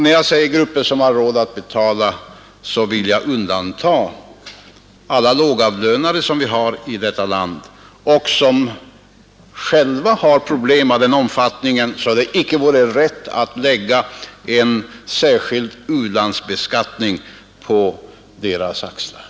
När jag säger grupper som har råd att betala, så vill jag undanta alla lågavlönade som vi har i detta land och som själva har problem av den omfattningen att det icke vore rätt att lägga en särskild u-landsbeskattning på deras axlar.